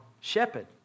shepherd